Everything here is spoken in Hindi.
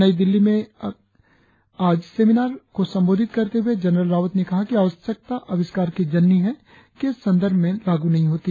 नई दिल्ली में अक सेमीनार को सम्बोधित करते हुए जनरल रावत ने कहा कि आवश्यकता अविस्कार की जननी है के संदर्भ में लागू नही होती